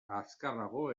azkarrago